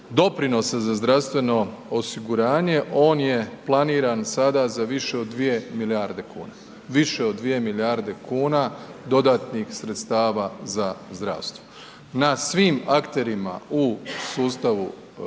doprinosa za zdravstveno osiguranje, on je planiran sada za više od 2 milijarde kuna, više od 2 milijarde kuna dodatnih sredstava za zdravstvo, na svim akterima u sustavu